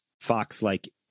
Fox-like